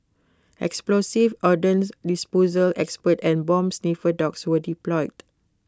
explosives ordnance disposal experts and bomb sniffer dogs were deployed